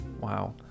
Wow